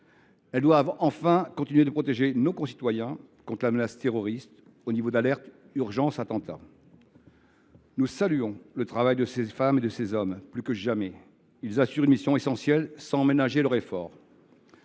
Elles doivent enfin continuer de protéger nos concitoyens contre la menace terroriste, portée au niveau d’alerte « urgence attentat ». Nous saluons le travail de ces femmes et de ces hommes. Plus que jamais, ils assurent une mission essentielle sans ménager leurs efforts.